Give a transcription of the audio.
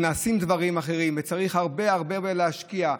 נעשים דברים אחרים וצריך הרבה הרבה להשקיע.